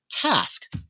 task